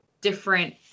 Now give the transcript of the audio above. different